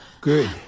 Good